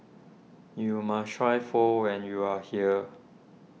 you must try Pho when you are here